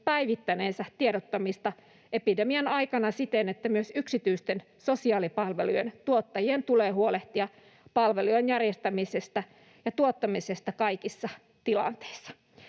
päivittäneensä tiedottamista epidemian aikana siten, että myös yksityisten sosiaalipalvelujen tuottajien tulee huolehtia palvelujen järjestämisestä ja tuottamisesta kaikissa tilanteissa.